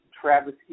Travis